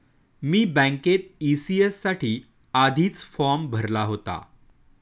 मी बँकेत ई.सी.एस साठी आधीच फॉर्म भरला होता